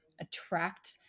attract